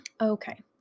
Okay